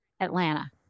Atlanta